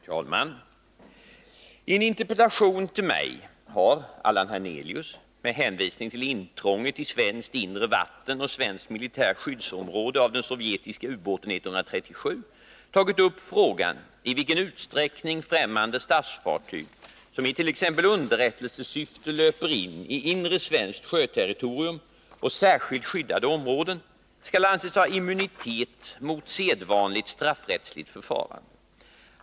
Herr talman! I en interpellation till mig har Allan Hernelius — med hänvisning till intrånget i svenskt inre vatten och svenskt militärt skyddsområde av den sovjetiska ubåten 137 — tagit upp frågan i vilken utsträckning främmande statsfartyg som i t.ex. underrättelsesyfte löper in i inre svenskt sjöterritorium och särskilt skyddade områden skall anses ha immunitet mot sedvanligt straffrättsligt förfarande.